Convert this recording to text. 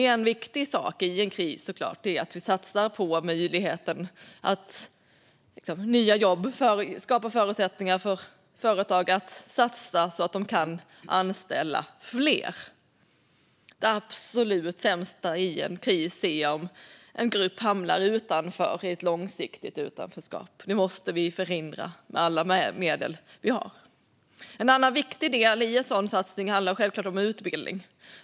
En viktig sak i en kris är såklart att vi skapar förutsättningar för företag att satsa så att de kan anställa fler. Det absolut sämsta är om en grupp hamnar utanför i ett långsiktigt utanförskap. Det måste vi förhindra med alla medel vi har. En annan viktig del i en sådan satsning handlar självklart om utbildning.